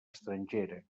estrangera